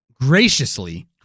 graciously